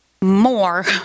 more